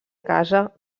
casa